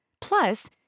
plus